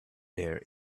there